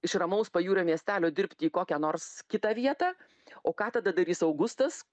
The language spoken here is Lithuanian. iš ramaus pajūrio miestelio dirbti į kokią nors kitą vietą o ką tada darys augustas